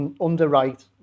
underwrite